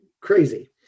crazy